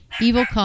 evil